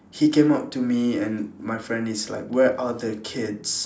he came up to me and my friend he's like where are the keys